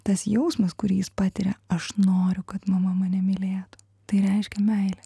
tas jausmas kurį jis patiria aš noriu kad mama mane mylėtų tai reiškia meilę